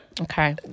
Okay